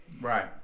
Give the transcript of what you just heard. Right